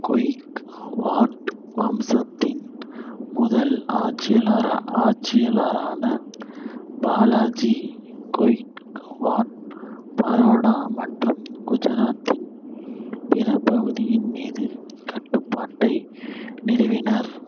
கொய்க்வாட் வம்சத்தின் முதல் ஆட்சியளார ஆட்சியளாரான பாலாஜி கொய்க்வாட் பரோடா மற்றும் குஜராத்தின் பிற பகுதியின் மீது கட்டுப்பாட்டை நிறுவினார்